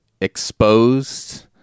exposed